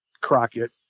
Crockett